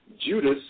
Judas